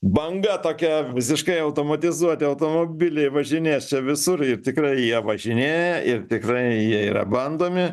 banga tokia visiškai automatizuoti automobiliai važinės čia visur ir tikrai jie važinėja ir tikrai jie yra bandomi